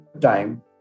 time